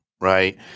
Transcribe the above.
right